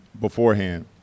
beforehand